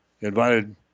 invited